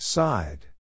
side